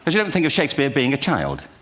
but you don't think of shakespeare being a child,